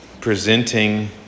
presenting